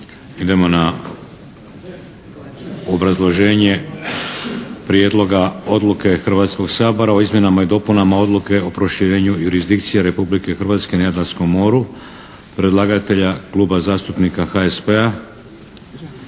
Idemo na obrazloženje Prijedloga odluke Hrvatskog sabora o izmjenama i dopunama Odluke o proširenju jurisdikcije Republike Hrvatske na Jadranskom moru, predlagatelja Kluba zastupnika HSP-a.